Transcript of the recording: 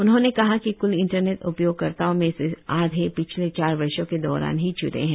उन्होंने कहा कि कुल इंटरनेट उपयोगकर्ताओं में से आधे पिछले चार वर्षो के दौरान ही जुड़े हैं